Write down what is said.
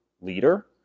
leader